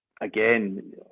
again